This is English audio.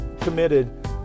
committed